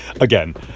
Again